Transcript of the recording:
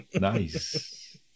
nice